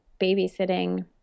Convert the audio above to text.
babysitting